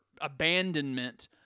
abandonment